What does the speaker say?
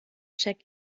check